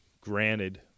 granted